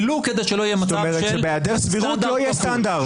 ולו כדי שלא יהיה מצב של סטנדרט כפול.